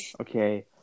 Okay